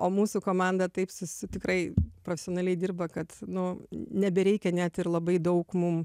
o mūsų komanda taip susi tikrai profesionaliai dirba kad nu nebereikia net ir labai daug mum